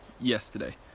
Yesterday